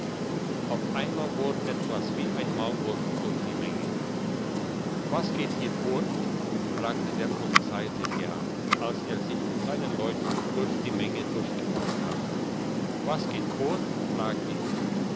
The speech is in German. auf einmal bohrt etwas wie ein maulwurf durch die menge was geht hier vor fragte der polizeisergeant als er sich mit seinen leuten durch die menge durchgebohrt hatte was geht vor frag ich